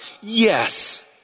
Yes